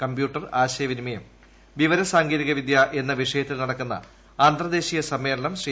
computer ആശയവിനിമയം വിവര സാങ്കേതിക വിദ്യ എന്ന വിഷയത്തിൽ നടക്കുന്ന അന്തർദ്ദേശീയ സമ്മേളനം ശ്രീ